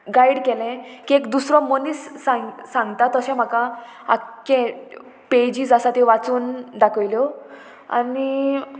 guide केले की एक दुसरो मनीस सांग सांगता तशें म्हाका आख्खें पेजीस आसा त्यो वाचून दाखयल्यो आनी